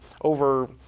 over